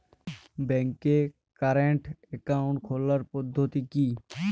ব্যাংকে current account খোলার পদ্ধতি কি?